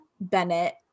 Bennett